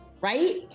right